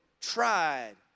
tried